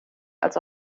als